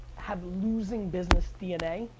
have losing business dna.